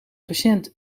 patiënt